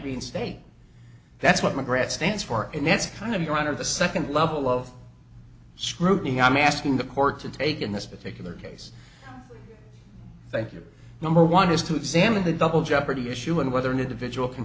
reinstate that's what mcgrath stands for and that's kind of your honor the second level of scrutiny i'm asking the court to take in this particular case thank you number one is to examine the double jeopardy issue and whether an individual can